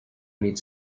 meet